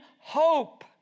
hope